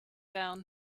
down